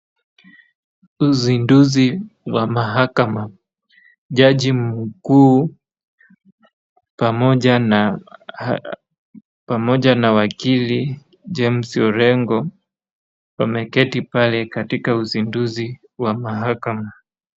Uzinduzi wa mahakama. Jaji mkuu pamoja na wakili James Orengo wameketi pale katika uzinduzi wa mahakama.